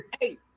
Hey